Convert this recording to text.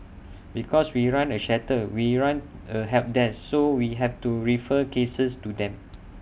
because we run A shelter we run A help desk so we have to refer cases to them